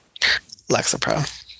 Lexapro